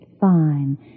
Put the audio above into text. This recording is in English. fine